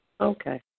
Okay